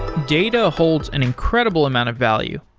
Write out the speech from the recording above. data holds an incredible amount of value,